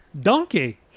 Donkey